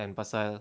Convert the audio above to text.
and pasal